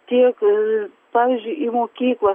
tiek pavyzdžiui į mokyklą